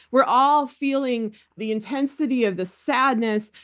we're all feeling the intensity of the sadness,